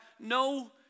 no